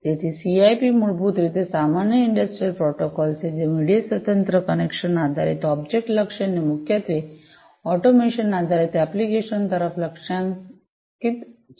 તેથી સીઆઈપી મૂળભૂત રીતે સામાન્ય ઇંડસ્ટ્રિયલ પ્રોટોકોલ છે જે મીડિયા સ્વતંત્ર કનેક્શન આધારિત ઑબ્જેક્ટ લક્ષી અને મુખ્યત્વે ઑટોમેશન આધારિત એપ્લિકેશનો તરફ લક્ષ્યાંકિત છે